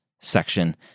section